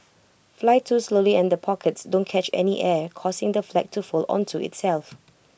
fly too slowly and pockets don't catch any air causing the flag to fold onto itself